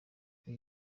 iki